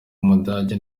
w’umudage